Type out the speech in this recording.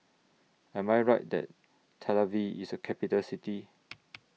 Am I Right that Tel Aviv IS A Capital City